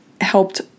helped